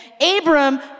Abram